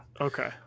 okay